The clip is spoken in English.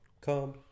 Come